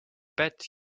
bet